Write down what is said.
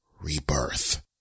rebirth